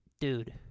dude